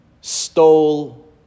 stole